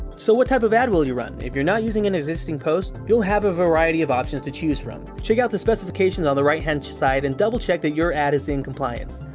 so what type of ad will you run? if you're not using an existing post, you'll have a variety of options to choose from. check out the specifications on the right hand side and double check that your ad is in compliance.